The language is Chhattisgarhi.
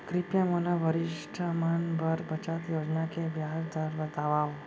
कृपया मोला वरिष्ठ मन बर बचत योजना के ब्याज दर ला बतावव